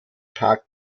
park